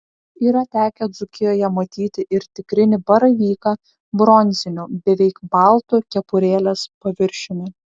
yra tekę dzūkijoje matyti ir tikrinį baravyką bronziniu beveik baltu kepurėlės paviršiumi